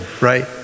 right